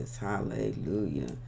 hallelujah